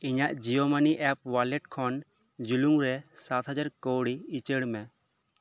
ᱤᱧᱟᱜ Jio money app wallet ᱠᱷᱚᱱ ᱡᱩᱞᱩᱝ ᱨᱮ ᱥᱟᱛ ᱦᱟᱡᱟᱨ ᱠᱟᱣᱰᱤ ᱩᱪᱟᱹᱲ ᱢᱮ